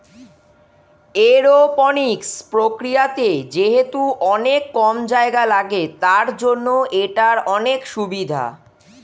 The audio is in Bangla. এরওপনিক্স প্রক্রিয়াতে যেহেতু অনেক কম জায়গা লাগে, তার জন্য এটার অনেক সুভিধা